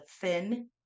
Thin